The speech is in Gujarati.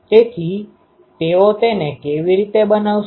તેથી તેઓ તેને કેવી રીતે બનાવશે